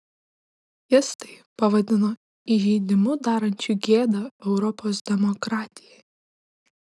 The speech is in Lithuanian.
jis tai pavadino įžeidimu darančiu gėdą europos demokratijai